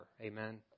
Amen